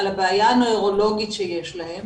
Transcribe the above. על הבעיה הנוירולוגית שיש להם,